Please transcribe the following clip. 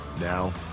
Now